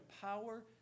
power